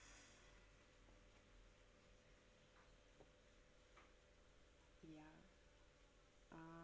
ya um